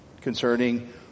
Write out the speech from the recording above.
Concerning